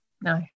no